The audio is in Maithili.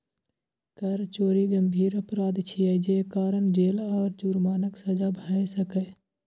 कर चोरी गंभीर अपराध छियै, जे कारण जेल आ जुर्मानाक सजा भए सकैए